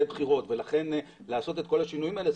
בחירות ולכן לעשות את כל השינויים האלה,